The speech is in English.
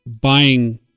buying